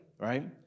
right